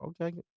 Okay